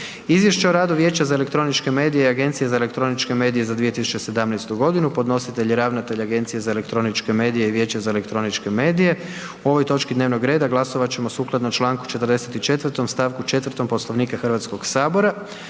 Izvješće o radu Vijeća za elektroničke medije i Agencije za elektroničke medije za 2017. godinu. Podnositelj je ravnatelj Agencije za elektroničke medije i Vijeće za elektroničke medije. O ovoj točki dnevnog reda glasovat ćemo sukladno Članku 44. stavku 4. Poslovnika Hrvatskog sabora.